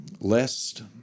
lest